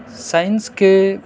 science کے